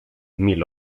mil